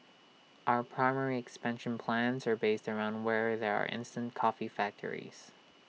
our primary expansion plans are based around where there are instant coffee factories